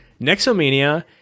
Nexomania